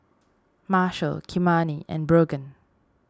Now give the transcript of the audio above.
Marshal Kymani and Brogan